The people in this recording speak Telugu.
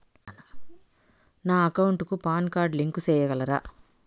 నా అకౌంట్ కు పాన్ కార్డు లింకు సేయగలరా?